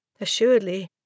Assuredly